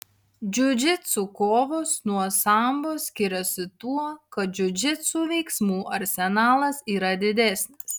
džiudžitsu kovos nuo sambo skiriasi tuo kad džiudžitsu veiksmų arsenalas yra didesnis